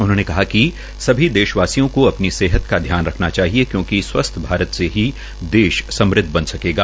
उन्होंने कहा कि सभी देशवासियों को अपनी सेहत का धन रखना चाहिए क्योकि स्वस्थ भारत सेही देश सम्ह बन सकेगा